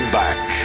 back